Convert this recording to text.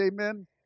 amen